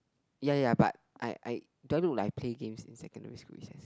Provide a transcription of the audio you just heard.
ya ya but I I do I look like I play games in secondary school recess